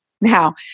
Now